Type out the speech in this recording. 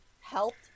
helped